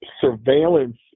surveillance